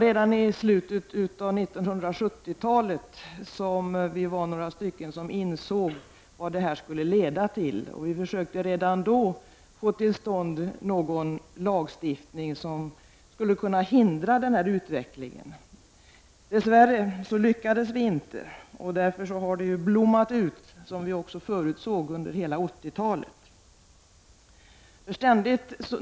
Redan i slutet av 1970-talet var vi några stycken som insåg vad videovåldet skulle leda till, och vi försökte redan då få till stånd någon lagstiftning som skulle kunna hindra den utvecklingen. Dess värre lyckades vi inte, och därför har uthyrningen av våldsfilmer blommat ut, som vi också förutsåg, under hela 80-talet.